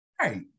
Right